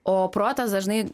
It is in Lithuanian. o protas dažnai